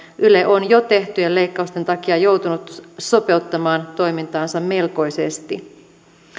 yle on jo tehtyjen leikkausten takia joutunut sopeuttamaan toimintaansa melkoisesti